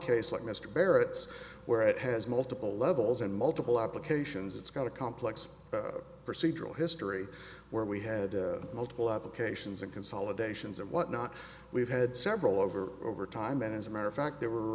case like mr barrett's where it has multiple levels and multiple applications it's got a complex procedural history where we had multiple applications and consolidations and whatnot we've had several over over time and as a matter of fact they were